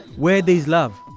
where there's love,